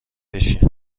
بشین